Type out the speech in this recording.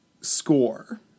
score